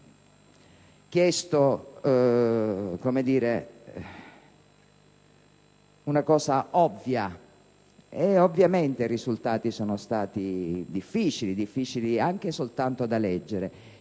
chiesto una cosa ovvia ed ovviamente i risultati sono stati difficili, difficili anche soltanto da leggere.